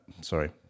Sorry